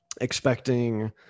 expecting